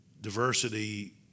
diversity